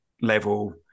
level